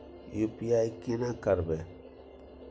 UPI केना करबे?